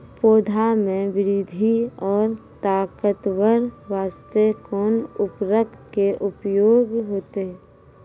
पौधा मे बृद्धि और ताकतवर बास्ते कोन उर्वरक के उपयोग होतै?